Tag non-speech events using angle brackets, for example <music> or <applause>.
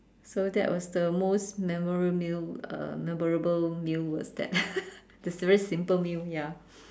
so that was the most memorial meal um memorable meal was that <laughs> that's a very simple meal ya